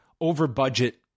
over-budget